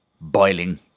boiling